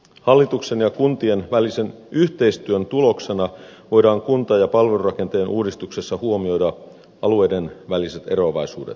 hallituksen ja kuntien välisen yhteistyön tuloksena voidaan kunta ja palvelurakenteen uudistuksessa huomioida alueiden väliset eroavaisuudet